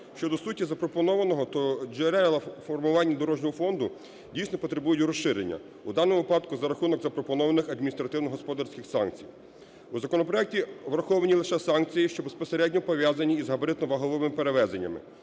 Щодо суті запропонованого, то джерела формування дорожнього фонду дійсно потребують розширення в даному випадку за рахунок запропонованих адміністративно-господарських санкцій. У законопроекті враховані лише санкції, що безпосередньо пов'язані із габаритно-ваговими перевезеннями